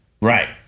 Right